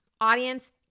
Audience